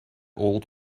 old